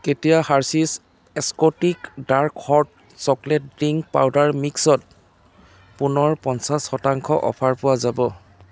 কেতিয়া Hershey's exotic dark hot chocolate drink powder মিক্সত পুনৰ পঞ্চাছ শতাংশ অফাৰ পোৱা যাব